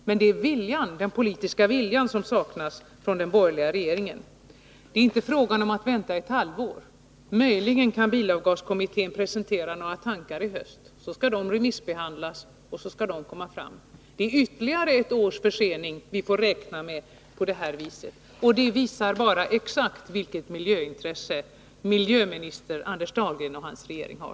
Men den politiska viljan saknas hos den borgerliga regeringen. Det är inte fråga om att vänta ett halvår. Möjligen kan bilavgaskommittén presentera några tankar redan i höst. Sedan skall de remissbehandlas. Det innebär att vi får räkna med ytterligare ett års försening. Det visar exakt vilket miljöintresse som miljöministern Anders Dahlgren och hans regering har.